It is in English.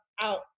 out